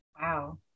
Wow